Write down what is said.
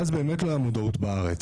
ואז באמת לא הייתה מודעות בארץ,